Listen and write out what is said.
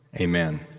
Amen